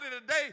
today